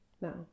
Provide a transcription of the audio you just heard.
no